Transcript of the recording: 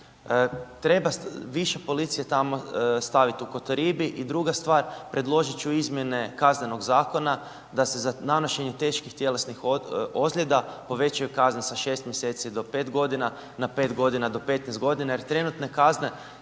Treba više policije staviti u Kotoribi i druga stvar predložit ću izmjene Kaznenog zakona da se za nanošenje teških tjelesnih ozljeda povećaju kazne sa 6 mjeseci do 5 godina, na 5 godina do 15 godina jer trenutne kazne